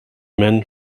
men